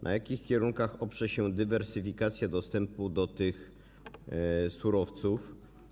Na jakich kierunkach oprze się dywersyfikacja dostępu do tych surowców?